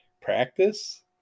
practice